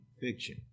fiction